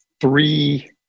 three